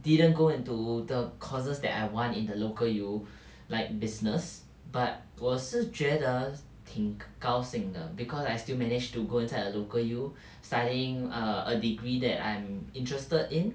didn't go into the courses that I want in the local U like business but 我是觉得挺高兴的 because I still manage to go inside a local U studying err a degree that I'm interested in